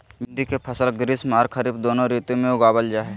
भिंडी के फसल ग्रीष्म आर खरीफ दोनों ऋतु में उगावल जा हई